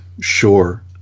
sure